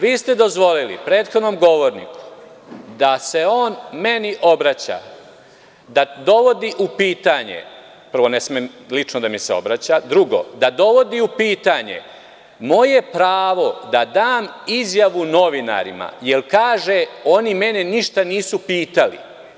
Vi ste dozvolili prethodnom govorniku da se on meni obraća, da dovodi u pitanje, prvo ne sme lično da mi se obraća, drugo da dovodi u pitanje moje pravo da dam izjavu novinarima jer kaže – oni mene ništa nisu pitali.